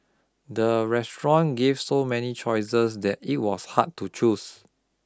the restaurant give so many choices that it was hard to choose